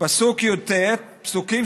פרק י"ט, פסוקים